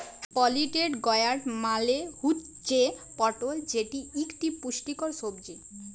পলিটেড গয়ার্ড মালে হুচ্যে পটল যেটি ইকটি পুষ্টিকর সবজি